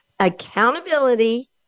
accountability